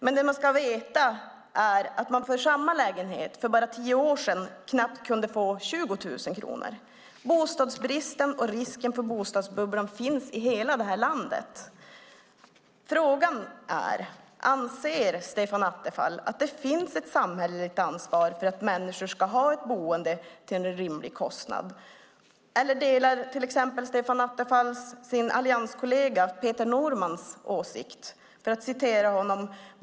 Men man ska veta att man för samma lägenhet för bara tio år sedan knappt kunde få 20 000 kronor. Bostadsbristen och risken för bostadsbubblan finns i hela landet. Frågan är: Anser Stefan Attefall att det finns ett samhälleligt ansvar för att människor ska ha ett boende till en rimlig kostnad? Eller delar Stefan Attefall exempelvis allianskollegans Peter Normans åsikt?